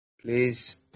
Please